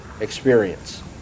experience